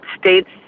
states